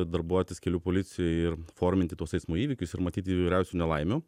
darbuotis kelių policijoj ir forminti tuos eismo įvykius ir matyti įvairiausių nelaimių